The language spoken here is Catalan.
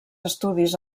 estudis